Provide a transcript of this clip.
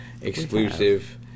exclusive